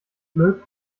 blöd